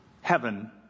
heaven